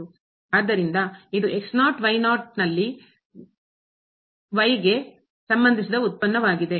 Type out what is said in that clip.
ಆದ್ದರಿಂದ ಇದು ನಲ್ಲಿ ಗೆ ಸಂಬಂಧಿಸಿದ ಉತ್ಪನ್ನ ವಾಗಿದೆ